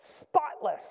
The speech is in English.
spotless